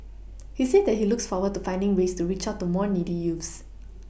he said that he looks forward to finding ways to reach out to more needy youths